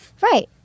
Right